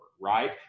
right